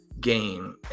game